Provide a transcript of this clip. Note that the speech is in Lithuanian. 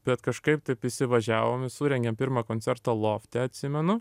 bet kažkaip taip įsivažiavom surengėm pirmą koncertą lofte atsimenu